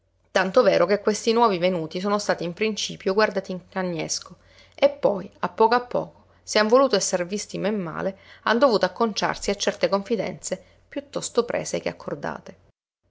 tanto vero che questi nuovi venuti sono stati in principio guardati in cagnesco e poi a poco a poco se han voluto esser visti men male han dovuto acconciarsi a certe confidenze piuttosto prese che accordate